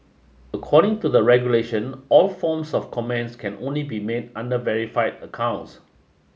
according to the regulation all forms of comments can only be made under verified accounts